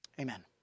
Amen